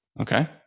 Okay